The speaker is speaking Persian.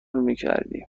میکردیم